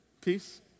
peace